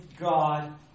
God